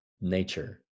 nature